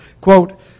quote